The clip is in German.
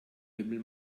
lümmel